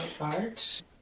art